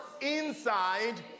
inside